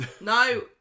no